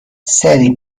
سریع